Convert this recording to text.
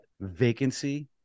vacancy